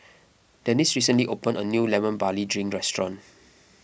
Denis recently opened a new Lemon Barley Drink restaurant